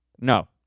No